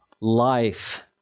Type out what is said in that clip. life